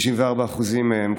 64% מהם,